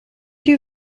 two